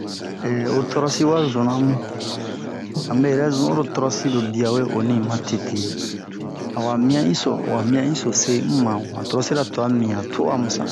ho torosi wa zuna mu a me yɛrɛ zun oro torosi lo bia we oni ma tete a wa mia'inso wa mia'inso se un ma mu han torosira twa mibin han to'a mu sa